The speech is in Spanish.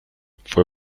fue